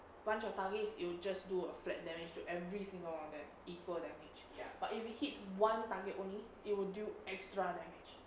bunch of targets it'll just do a flag damage to every single one of that equal damage but if you hit one target only it will do extra damage